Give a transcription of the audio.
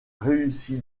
réussi